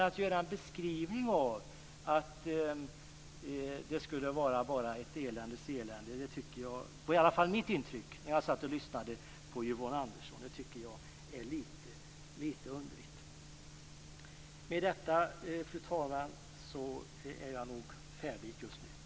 Att göra en beskrivning av att det bara skulle vara ett eländes elände - det var i alla fall mitt intryck när jag satt och lyssnade på Yvonne Andersson - tycker jag är lite underligt. Med detta, fru talman, är jag nog färdig just nu.